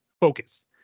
focus